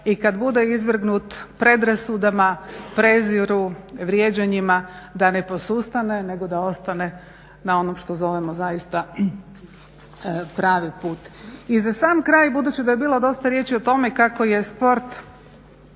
i kad bude izvrgnut predrasudama, preziru, vrijeđanjima da ne posustane nego da ostane na onom što zovemo zaista pravi put. I za sam kraj budući da je bilo dosta riječi o tome kako je sport